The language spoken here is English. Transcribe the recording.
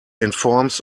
informs